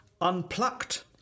unplucked